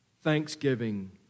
thanksgiving